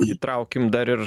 įtraukim dar ir